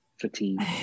fatigue